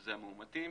שאלה המאומתים,